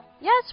Yes